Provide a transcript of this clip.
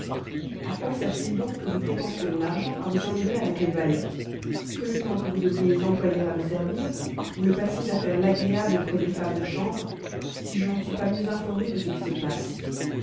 a quoi sert-il donc que vous dépensiez mon argent à vous enivrer avec les valets que le temps que vous devriez employer à me servir vous le passiez à faire l'agréable auprès des femmes de chambre si je n'en suis pas mieux informé de ce qui se passe